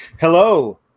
Hello